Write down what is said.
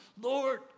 Lord